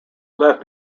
left